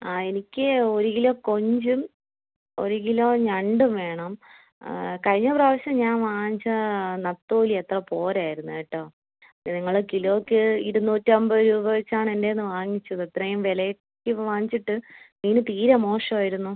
ആ എനിക്ക് ഒരു കിലൊ കൊഞ്ചും ഒരു കിലൊ ഞണ്ടും വേണം കഴിഞ്ഞ പ്രാവശ്യം ഞാൻ വാങ്ങിച്ച നത്തോലി അത്ര പോരായിരുന്നു കേട്ടോ നിങ്ങൾ കിലോയ്ക്ക് ഇരുന്നൂറ്റമ്പത് രൂപ വെച്ചാണ് എൻറ്റേന്ന് വാങ്ങിച്ചത് അത്രയും വിലക്ക് വാങ്ങിച്ചിട്ട് മീന് തീരെ മോശമായിരുന്നു